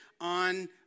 on